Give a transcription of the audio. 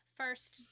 first